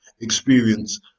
experience